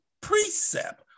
precept